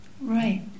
Right